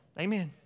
Amen